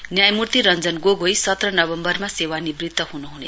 न्यायमूर्ति रश्वन गोगोई सत्र नवम्वरमा सेवानिवृत्र हुनुहुन्छ